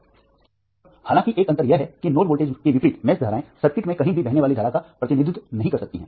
अब हालांकि एक अंतर यह है कि नोड वोल्टेज के विपरीत मेष धाराएं सर्किट में कहीं भी बहने वाली धारा का प्रतिनिधित्व नहीं कर सकती हैं